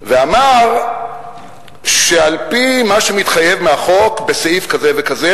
ואמר שעל-פי מה שמתחייב מהחוק בסעיף כזה וכזה,